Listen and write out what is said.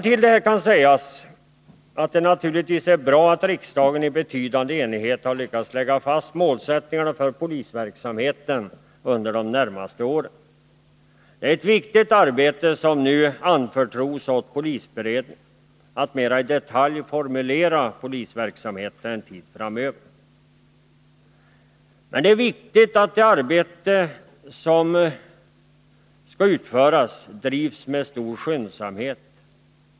Till detta kan sägas att det naturligtvis är bra att riksdagen i betydande enighet har lyckats lägga fast målsättningarna för polisverksamheten under de närmaste åren. Det är ett viktigt arbete som nu anförtros åt polisberedningen: att mera i detalj formulera polisverksamheten framöver. Men det är också viktigt att det arbete som skall utföras drivs med stor skyndsamhet.